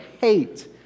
hate